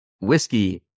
whiskey